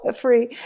free